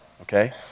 okay